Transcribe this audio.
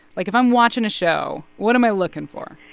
like, if i'm watching a show, what am i looking for?